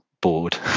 bored